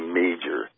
major